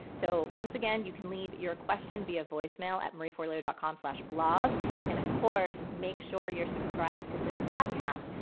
so once again, you can leave your question via voicemail at marieforleo dot com slash blog and, of course, make sure you're subscribed to this podcast.